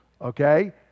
Okay